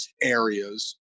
areas